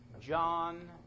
John